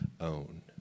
own